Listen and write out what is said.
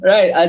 Right